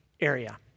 area